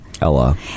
Ella